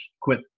quit